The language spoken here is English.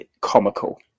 comical